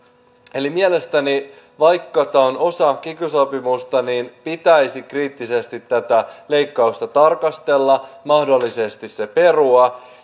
eli mielestäni vaikka tämä on osa kiky sopimusta pitäisi kriittisesti tätä leikkausta tarkastella mahdollisesti se perua